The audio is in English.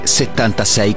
76